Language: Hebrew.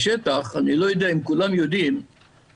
אני לא יודע אם כולם יודעים מה המצב בשטח היום.